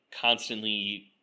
constantly